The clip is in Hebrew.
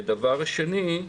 דבר שני,